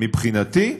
מבחינתי,